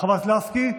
חברת הכנסת לסקי,